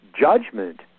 judgment